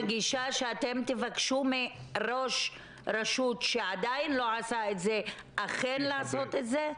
הגישה שאתם תבקשו מראש רשות שעדיין לא עשה את זה אכן לעשות את זה?